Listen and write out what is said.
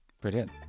Brilliant